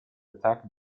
attack